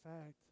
fact